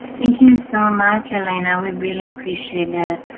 thank you so much, elena. we really appreciate it.